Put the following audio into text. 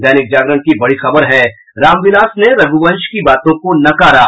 दैनिक जागरण की बड़ी खबर है रामविलास ने रघ्रवंश की बातों को नकारा